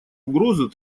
угрозу